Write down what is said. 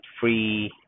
free